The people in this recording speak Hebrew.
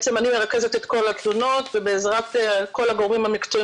אני מרכזת את כל התלונות ובעזרת כל הגורמים המקצועיים